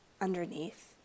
underneath